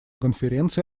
конференции